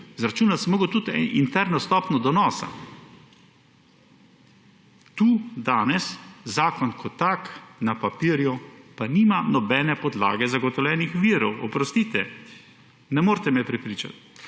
Izračunati sem moral tudi interno stopnjo donosa. Tukaj danes zakon kot tak na papirju pa nima nobene podlage zagotovljenih virov. Oprostite, ne morete me prepričati.